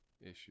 issue